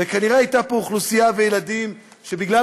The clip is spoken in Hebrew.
וכנראה היו פה אוכלוסייה וילדים שבגלל